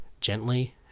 gently